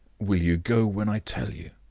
will you go when i tell you?